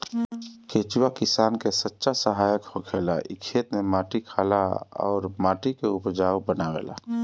केचुआ किसान के सच्चा सहायक होखेला इ खेत में माटी खाला अउर माटी के उपजाऊ बनावेला